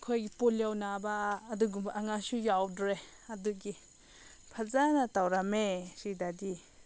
ꯑꯩꯈꯣꯏ ꯄꯣꯂꯤꯑꯣ ꯅꯥꯕ ꯑꯗꯨꯒꯨꯝꯕ ꯑꯉꯥꯡꯁꯨ ꯌꯥꯎꯗ꯭ꯔꯦ ꯑꯗꯨꯒꯤ ꯐꯖꯅ ꯇꯧꯔꯝꯃꯦ ꯁꯤꯗꯗꯤ